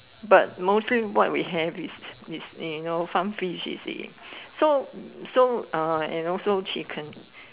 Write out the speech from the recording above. but mostly what we have is is you know farm fish you see so so uh and also chicken